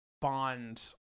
bond